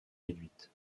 réduites